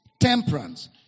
temperance